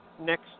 next